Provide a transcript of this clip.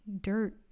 dirt